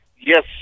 Yes